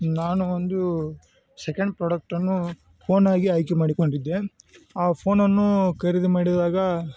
ನಾನು ಒಂದು ಸೆಕೆಂಡ್ ಪ್ರೊಡಕ್ಟನ್ನು ಫೋನಾಗಿ ಆಯ್ಕೆ ಮಾಡಿಕೊಂಡಿದ್ದೆ ಆ ಫೋನನ್ನು ಖರೀದಿ ಮಾಡಿದಾಗ